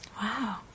Wow